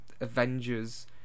Avengers